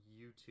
YouTube